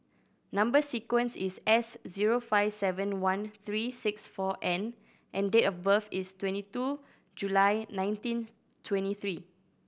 number sequence is S zero five seven one three six four N and date of birth is twenty two July nineteen twenty three